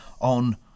on